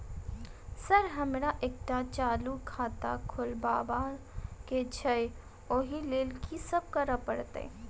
Sir हमरा एकटा चालू खाता खोलबाबह केँ छै ओई लेल की सब करऽ परतै?